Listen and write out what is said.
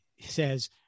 says